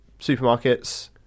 supermarkets